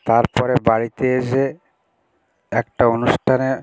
তার পরে বাড়িতে এসে একটা অনুষ্ঠানে